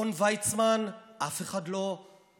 מכון ויצמן, אף אחד לא מפעיל,